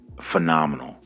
phenomenal